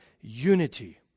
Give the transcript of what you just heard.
unity